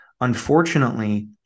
Unfortunately